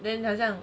then 好像